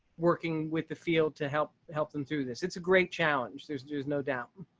working with the field to help help them through this. it's a great challenge. there's, there's no doubt.